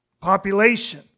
population